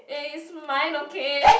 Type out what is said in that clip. eh it's mine okay